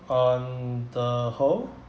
um the whole